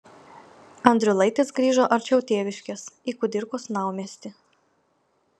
andriulaitis grįžo arčiau tėviškės į kudirkos naumiestį